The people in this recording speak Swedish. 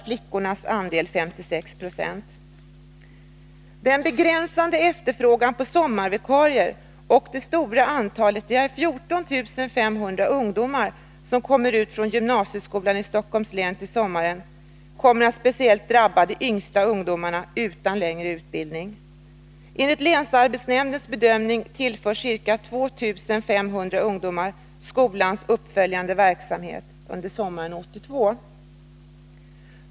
Flickornas andel därav var 56 90. Den begränsade efterfrågan på sommarvikarier och det stora antalet — 14 500 — ungdomar som kommer ut från gymnasieskolan i Stockholms län till sommaren kommer att speciellt drabba de yngsta ungdomarna utan längre utbildning. Enligt länsarbetsnämndens bedömning överförs ca 2 500 ungdomar till skolans uppföljande verksamhet under sommaren 1982.